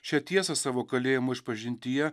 šią tiesą savo kalėjimo išpažintyje